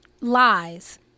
lies